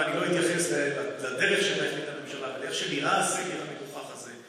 אני לא אתייחס לדרך שבה החליטה הממשלה ולאיך נראה הסגר המגוחך הזה,